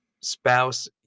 spouse